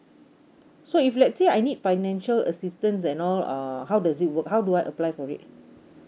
so if let's say I need financial assistance and all err how does it work how do I apply for it